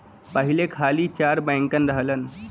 पहिले खाली चार बैंकन रहलन